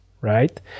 right